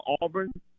Auburn